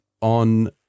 on